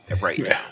right